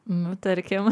nu tarkim